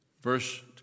Verse